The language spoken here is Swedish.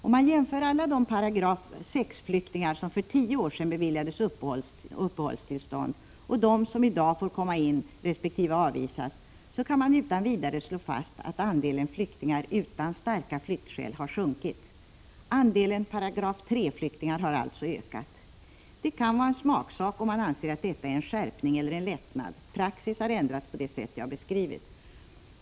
Om man jämför alla de § 6-flyktingar som för tio år sedan beviljades uppehållstillstånd med dem som i dag får komma in i resp. avvisas, så kan man utan vidare slå fast att andelen flyktingar utan starka flyktskäl har sjunkit. Andelen § 3-flyktingar har alltså ökat. Det kan vara en smaksak om man anser att detta är en skärpning eller en lättnad — praxis har ändrats på det sätt jag beskrivit.